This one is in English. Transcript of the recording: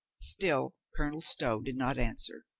still colonel stow did not answer.